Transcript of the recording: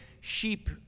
sheep